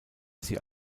sie